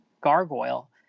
Gargoyle